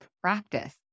practice